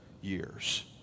years